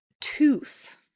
tooth